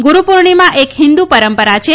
ગુરુ પૂર્ણિમા એક હિંદુ રં રા છે